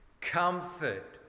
comfort